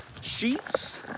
sheets